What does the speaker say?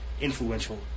influential